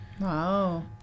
Wow